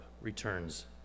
returns